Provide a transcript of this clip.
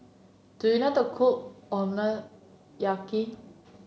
do you not a cook